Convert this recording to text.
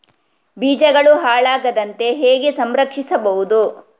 ಬೀಜಗಳು ಹಾಳಾಗದಂತೆ ಹೇಗೆ ಸಂರಕ್ಷಿಸಬಹುದು?